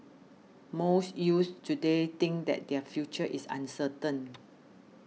most youths today think that their future is uncertain